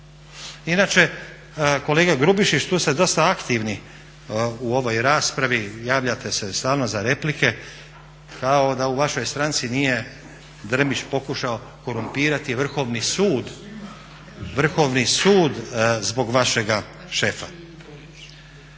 Inače kolega Grubišić tu se dosta aktivni u ovoj raspravi, javljate se stalno za replike, kao da u vašoj stranci nije Drmić pokušao korumpirati Vrhovni sud zbog vašega šefa.